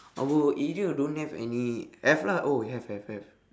our area don't have any have lah oh have have have